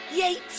Yates